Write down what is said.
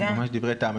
ממש דברי טעם.